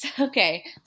Okay